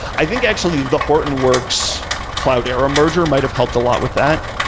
i think actually the hortonworks claudera merger might've helped a lot with that,